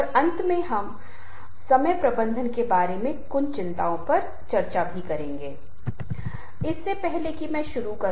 हालांकि जब हम प्रस्तुति के बारे में बात कर रहे हैं तो बोलने पर फोकस होगा पर बोल्न यह थोड़ा अलग संदर्भ होगा